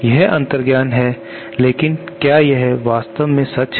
यह अंतर्ज्ञान बेशक है लेकिन क्या यह वास्तव में सच है